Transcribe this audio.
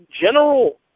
general